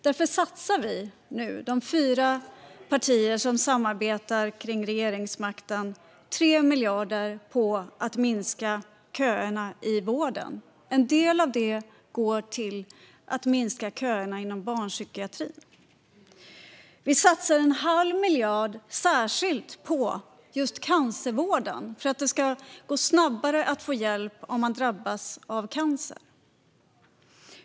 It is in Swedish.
Därför satsar vi fyra partier som samarbetar kring regeringsmakten nu 3 miljarder på att minska köerna i vården. En del av det går till att minska köerna inom barnpsykiatrin. Vi satsar en halv miljard på just cancervården för att det ska gå snabbare att få hjälp om man drabbas av cancer.